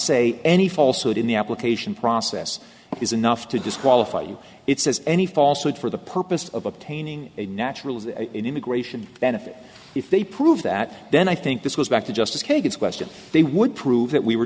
say any false oath in the application process is enough to disqualify you it says any false oath for the purpose of obtaining a natural immigration benefit if they prove that then i think this was back to justice kagan's question they would prove that we were